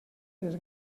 les